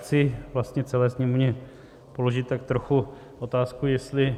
Chci vlastně celé Sněmovně položit tak trochu otázku, jestli...